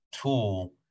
tool